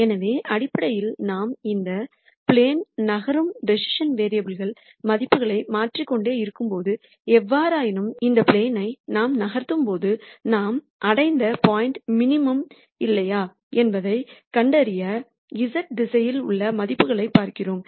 எனவே அடிப்படையில் நாம் இந்த ப்ளேன்ல் நகரும் டிசிசன் வேரியபுல் மதிப்புகளை மாற்றிக் கொண்டே இருக்கும்போது எவ்வாறாயினும் இந்த ப்ளேன் ஐ நாம் நகர்த்தும்போது நாம் அடைந்த பாயிண்ட் மினிமா இல்லையா என்பதைக் கண்டறிய z திசையில் உள்ள மதிப்புகளைப் பார்க்கிறோம்